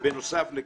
ובנוסף לכך,